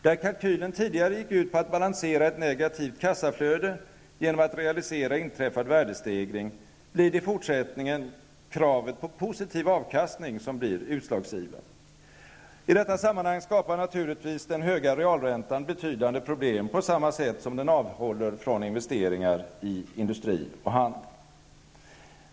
Där kalkylen tidigare gick ut på att balansera ett negativt kassaflöde genom att realisera inträffad värdestegring blir det i fortsättningen kravet på positiv avkastning som blir utslagsgivande. I detta sammanhang skapar naturligtvis den höga realräntan betydande problem på samma sätt som den avhåller från investeringar i industri och handel.